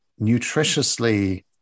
nutritiously